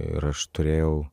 ir aš turėjau